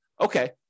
okay